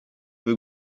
veux